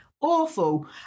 awful